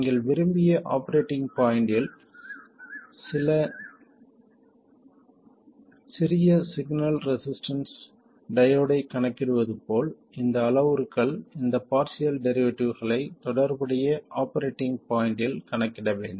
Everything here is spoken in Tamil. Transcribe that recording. நீங்கள் விரும்பிய ஆபரேட்டிங் பாய்ண்ட்டில் சிறிய சிக்னல் ரெசிஸ்டன்ஸ் டையோடைக் கணக்கிடுவது போல இந்த அளவுருக்கள் இந்த பார்சியல் டெரிவேட்டிவ்களை தொடர்புடைய ஆபரேட்டிங் பாய்ண்ட்டில் கணக்கிட வேண்டும்